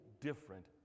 different